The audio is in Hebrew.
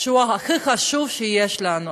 הכי חשוב שיש לנו.